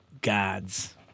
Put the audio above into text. gods